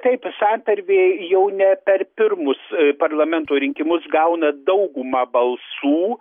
taip santarvė jau ne per pirmus parlamento rinkimus gauna daugumą balsų